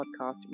podcast